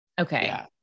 Okay